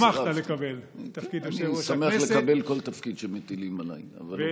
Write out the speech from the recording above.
שמחת לקבל את תפקיד יושב-ראש הכנסת,